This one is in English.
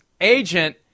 agent